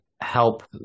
help